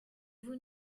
vous